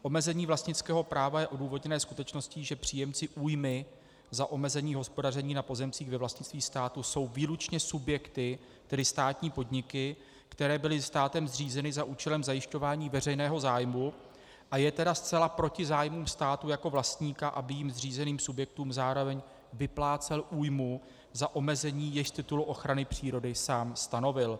Omezení vlastnického práva je odůvodněné skutečností, že příjemci újmy za omezení hospodaření na pozemcích ve vlastnictví státu jsou výlučně subjekty, tedy státní podniky, které byly státem zřízeny za účelem zajišťování veřejného zájmu, a je tedy zcela proti zájmům státu jako vlastníka, aby jím zřízeným subjektům zároveň vyplácel újmu za omezení, jež z titulu ochrany přírody sám stanovil.